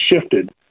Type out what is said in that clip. shifted